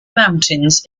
mountains